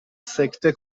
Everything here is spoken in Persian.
سکته